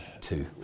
Two